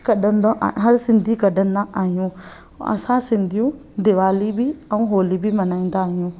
कढंदा आहियूं हर सिंधी कढंदा आहियूं असां सिंधीयूं दिवाली बि ऐं होली बि मनाईंदा आहियूं